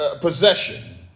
possession